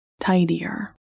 tidier